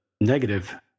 negative